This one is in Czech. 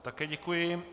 Také děkuji.